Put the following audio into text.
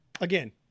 again